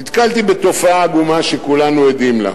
נתקלתי בתופעה העגומה שכולנו עדים לה.